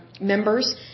members